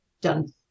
done